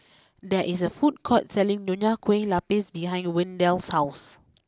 there is a food court selling Nonya Kueh Lapis behind Wendell's house